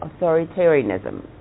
authoritarianism